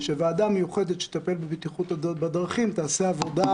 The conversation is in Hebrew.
שוועדה מיוחדת שתטפל בבטיחות בדרכים תעשה עבודה